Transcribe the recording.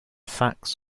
facts